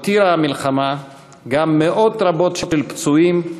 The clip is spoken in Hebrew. הותירה המלחמה גם מאות רבות של פצועים,